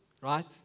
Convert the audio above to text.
right